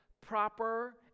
proper